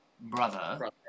brother